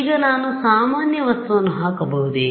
ಈಗ ನಾನು ಸಾಮಾನ್ಯ ವಸ್ತುವನ್ನು ಹಾಕಬಹುದೇ